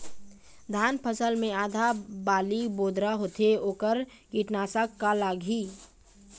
धान फसल मे आधा बाली बोदरा होथे वोकर कीटनाशक का लागिही?